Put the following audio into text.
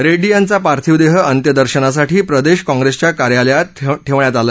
रेड्डी यांचा पार्थिव देह अंत्यदर्शनासाठी प्रदेश काँग्रेसच्या कार्यालयात ठेवण्यात आलं